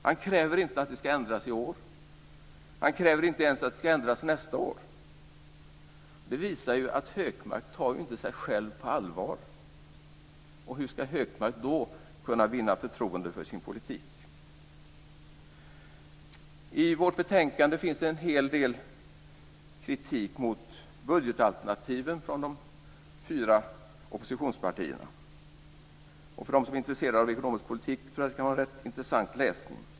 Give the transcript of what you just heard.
Han kräver inte att det ska ändras i år, och han kräver inte ens att det ska ändras nästa år. Det visar att Hökmark inte tar sig själv på allvar. Hur ska Hökmark då kunna vinna förtroende för sin politik? I vårt betänkande finns en hel del kritik mot budgetalternativen från de fyra oppositionspartierna. För dem som är intresserade av ekonomisk politik tror jag att det kan vara rätt intressant läsning.